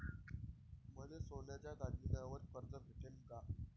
मले सोन्याच्या दागिन्यावर कर्ज भेटन का?